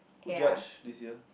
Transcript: who judge this year